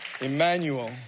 Emmanuel